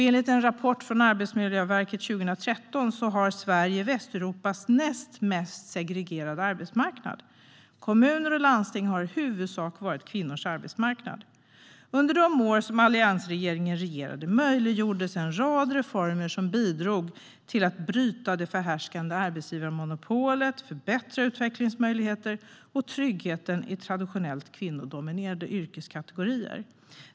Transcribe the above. Enligt en rapport från Arbetsmiljöverket 2013 har Sverige Västeuropas näst mest segregerade arbetsmarknad. Kommuner och landsting har i huvudsak varit kvinnornas arbetsmarknad. Under de år som alliansregeringen regerade möjliggjordes en rad reformer som bidrog till att bryta det förhärskande arbetsgivarmonopolet och förbättra utvecklingsmöjligheterna och tryggheten i traditionellt kvinnodominerade yrkeskategorier.